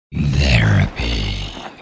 Therapy